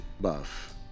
buff